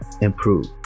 improve